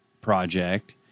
project